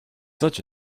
such